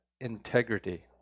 integrity